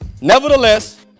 nevertheless